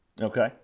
okay